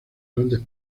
grandes